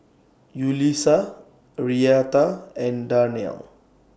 Yulisa Arietta and Darnell